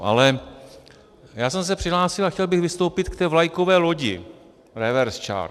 Ale já jsem se přihlásil a chtěl bych vystoupit k té vlajkové lodi reverse charge.